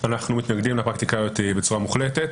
אנחנו מתנגדים לפרקטיקה הזאת בצורה מוחלטת.